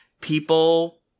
people